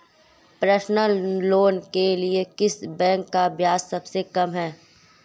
Personal loan के लिए किस बैंक का ब्याज सबसे कम है?